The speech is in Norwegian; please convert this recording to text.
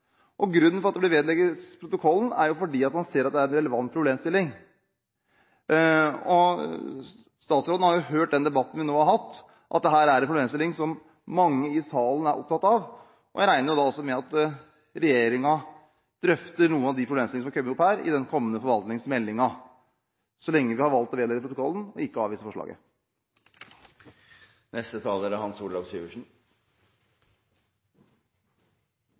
er at man ser at det er en relevant problemstilling. Statsråden har jo hørt den debatten vi nå har hatt, at dette er en problemstilling som mange i salen er opptatt av. Jeg regner med at regjeringen drøfter noen av de problemstillingene som har kommet opp her, i den kommende forvaltningsmeldingen, så lenge vi har valgt å vedlegge forslaget protokollen og ikke avvise